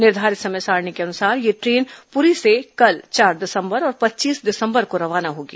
निर्धारित समय सारिणी के अनुसार यह ट्रेन पुरी से कल चार दिसंबर और पच्चीस दिसंबर को रवाना होगी